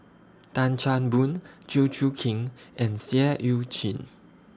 Tan Chan Boon Chew Choo Keng and Seah EU Chin